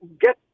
get